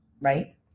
right